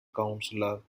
counselor